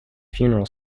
funeral